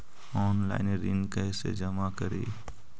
Online ऋण कैसे जमा करी?